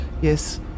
Yes